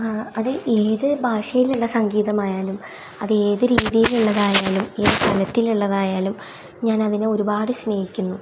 ആ അത് ഏത് ഭാഷയിലുള്ള സംഗീതമായാലും അത് ഏത് രീതിയിലുള്ളതായാലും ഏത് തലത്തിലുള്ളതായാലും ഞാൻ അതിനെ ഒരുപാട് സ്നേഹിക്കുന്നു